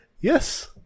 Yes